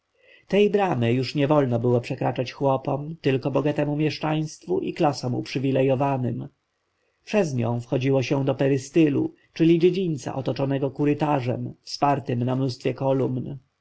tej bramy już nie wolno było przekraczać chłopom tylko bogatemu mieszczaństwu i klasom uprzywilejowanym przez nią wchodziło się do perystylu czyli dziedzińca otoczonego korytarzem wspartym na mnóstwie kolumn